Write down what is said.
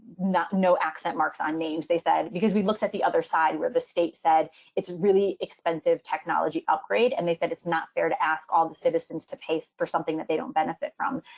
not no accent marks on names. they said, because we looked at the other side where the state said it's really expensive technology upgrade. and they said it's not fair to ask all the citizens to pay for something that they don't benefit from.